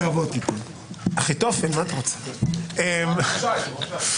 (הישיבה נפסקה בשעה 13:25 ונתחדשה בשעה 13:58.)